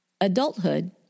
Adulthood